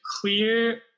clear